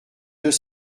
deux